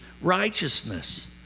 righteousness